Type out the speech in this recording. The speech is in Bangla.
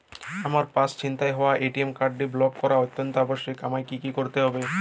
আমার পার্স ছিনতাই হওয়ায় এ.টি.এম কার্ডটি ব্লক করা অত্যন্ত আবশ্যিক আমায় কী কী করতে হবে?